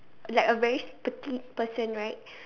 like a very petite person right